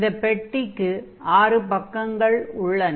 இந்தப் பெட்டிக்கு ஆறு பக்கங்கள் உள்ளன